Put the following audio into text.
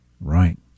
Right